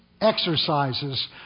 exercises